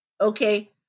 Okay